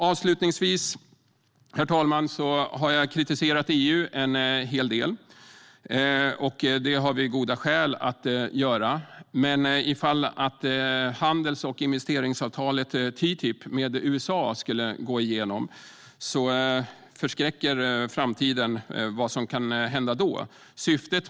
Avslutningsvis: Jag har kritiserat EU en hel del. Det har vi goda skäl att göra, men om handels och investeringsavtalet TTIP med USA skulle gå igenom förskräcker tanken på framtiden och vad som kan hända då ännu mer.